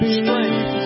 strength